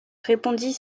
répondit